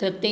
तर ते